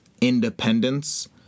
Independence